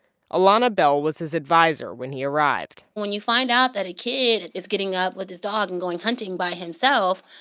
alana bell was his adviser when he arrived when you find out that a kid is getting up with his dog and going hunting by himself,